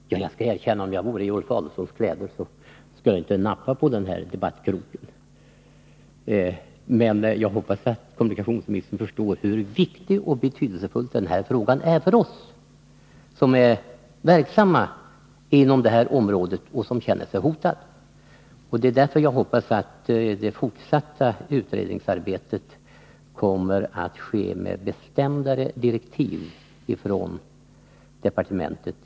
Herr talman! Jag skall erkänna att vore jag i Ulf Adelsohns kläder skulle jag inte nappa på den här debattkroken. Men jag hoppas att kommunikationsministern förstår hur viktig den här frågan är för oss som är verksamma inom detta område och som känner oss hotade. Därför hoppas jag att det fortsatta utredningsarbetet kommer att ske med bestämdare direktiv ifrån departementet.